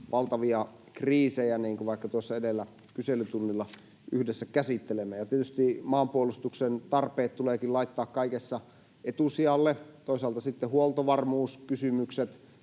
vaikka tuossa edellä kyselytunnilla yhdessä käsittelimme. Tietysti maanpuolustuksen tarpeet tuleekin laittaa kaikessa etusijalle, toisaalta sitten huoltovarmuuskysymykset